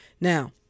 Now